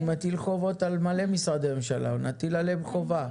אני מטיל חובות על הרבה משרדי ממשלה אז נטיל עליהם חובה.